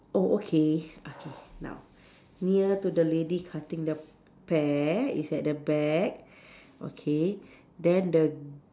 oh okay okay now near to the lady cutting the p~ pear is at the back okay then the